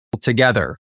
together